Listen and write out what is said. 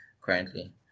currently